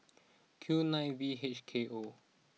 Q nine V H K O